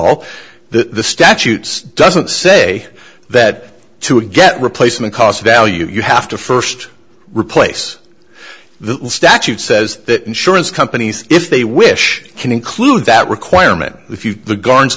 all the statutes doesn't say that to get replacement cost value you have to first replace the statute says that insurance companies if they wish can include that requirement if you the guard